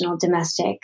domestic